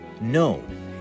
known